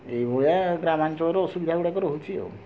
ଏଇଭଳିଆ ଗ୍ରାମାଞ୍ଚଳର ଅସୁବିଧା ଗୁଡ଼ାକ ରହୁଛି ଆଉ